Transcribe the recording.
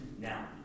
Now